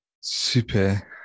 Super